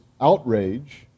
outrage